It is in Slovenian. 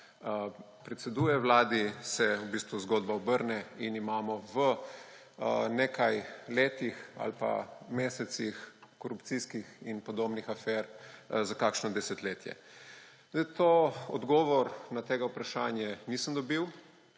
predseduje vladi, se v bistvu zgodba obrne in imamo v nekaj letih ali pa mesecih korupcijskih in podobnih afer za kakšno desetletje? Odgovora na to vprašanje nisem dobil.